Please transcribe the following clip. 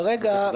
בעבירה?